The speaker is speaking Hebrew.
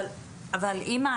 אם אתה